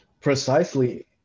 Precisely